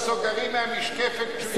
הסוגרים מהמשקפת כשאתה מסתכל.